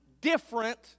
different